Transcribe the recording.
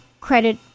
credit